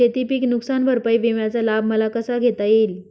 शेतीपीक नुकसान भरपाई विम्याचा लाभ मला कसा घेता येईल?